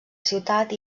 ciutat